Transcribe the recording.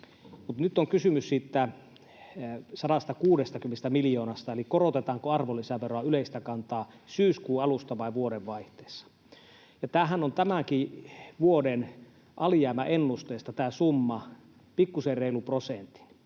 nyt on kysymys siitä 160 miljoonasta, eli korotetaanko arvonlisäveron yleistä kantaa syyskuun alusta vai vuodenvaihteessa. Tämä summahan on tämänkin vuoden alijäämäennusteista pikkusen reilun prosentin